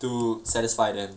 to satisfy them